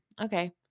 Okay